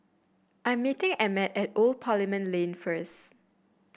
I'm meeting Emmett at Old Parliament Lane first